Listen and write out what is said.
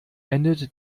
endete